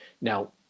Now